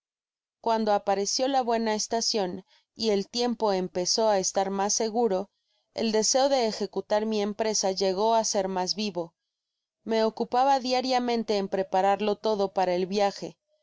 cuando apareció la buena estacion y el tiempo empezó content from google book search generated at á estar mas seguro el deseo de ejecutar mi empresa llegó á ser mas vivo me ocupaba diariamente en prepararlo todo para el viaje